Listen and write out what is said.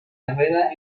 herrera